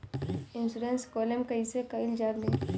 Insurance claim कइसे कइल जा ले?